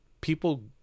people